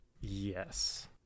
yes